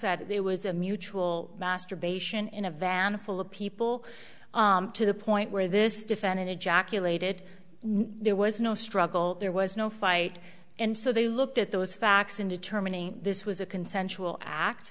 that there was a mutual masturbation in a van full of people to the point where this defendant ejaculated there was no struggle there was no fight and so they looked at those facts in determining this was a consensual act